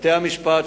בתי-המשפט,